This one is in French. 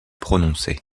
prononcé